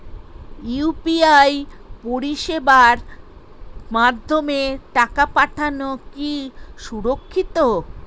UPI পরিষেবার মাধ্যমে টাকা পাঠানো কি সুরক্ষিত?